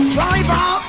Driver